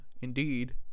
indeed